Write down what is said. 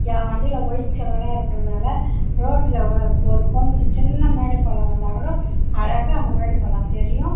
என் வண்டியில் ஒயிட் கலராக இருக்கிறதால் ரோட்டில் ஒரு கொஞ்சம் சின்ன மேடு பள்ளம் வந்தால் கூட அழகாக அந்த மேடு பள்ளம் தெரியும்